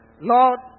Lord